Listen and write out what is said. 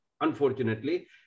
unfortunately